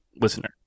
listener